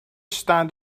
stand